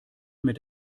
mit